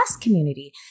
community